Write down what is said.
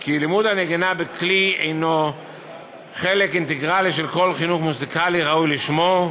כי לימוד הנגינה בכלי הנו חלק אינטגרלי של כל חינוך מוזיקלי ראוי לשמו,